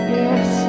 yes